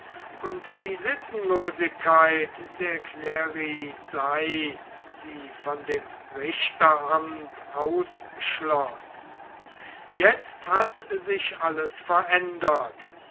und die sinnlosigkeit der klerisei sie von dem richteramt ausschloß jetzt hat sich alles verändert